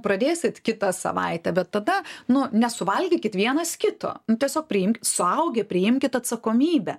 pradėsit kitą savaitę bet tada nu nesuvalgykit vienas kito tiesiog priimkit suaugę priimkit atsakomybę